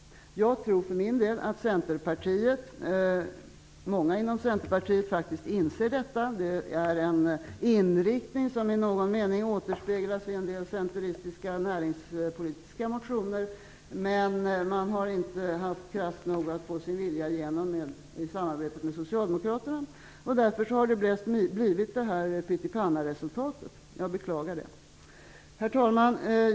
Jag tror för min del att många inom Centerpartiet faktiskt inser detta. Det är en inriktning som i någon mening återspeglas i en del centeristiska näringspolitiska motioner. Men man har inte haft kraft nog att få sin vilja igenom i samarbetet med socialdemokraterna. Därför har det blivit detta pyttipannaresultat. Jag beklagar det. Herr talman!